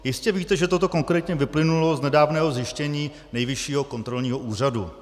Jistě víte, že toto konkrétně vyplynulo z nedávného zjištění Nejvyššího kontrolního úřadu.